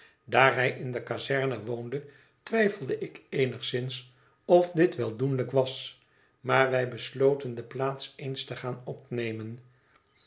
hij in de kazerne woonde twijfelde ik eenigszins of dit wel doenlijk was maar wij besloten de plaats eens te gaan opnemen